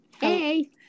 Hey